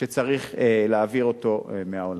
שצריך להעביר אותו מהעולם.